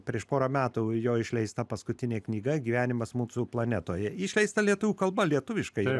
prieš pora metų jo išleista paskutinė knyga gyvenimas mūsų planetoje išleista lietuvių kalba lietuviškai